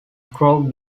crowe